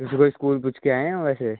ਤੁਸੀਂ ਕੋਈ ਸਕੂਲ ਪੁੱਛ ਕੇ ਆਏ ਹੋ ਵੈਸੇ